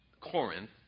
Corinth